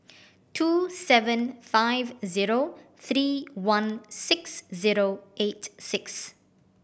two seven five zero three one six zero eight six